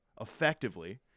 effectively